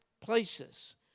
places